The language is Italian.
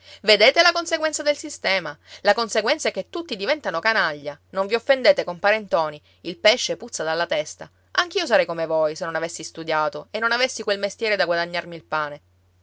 vedete la conseguenza del sistema la conseguenza è che tutti diventano canaglia non vi offendete compare ntoni il pesce puzza dalla testa anch'io sarei come voi se non avessi studiato e non avessi quel mestiere da guadagnarmi il pane